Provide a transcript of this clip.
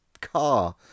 car